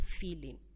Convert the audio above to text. feeling